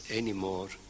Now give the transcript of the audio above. anymore